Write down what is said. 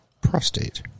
prostate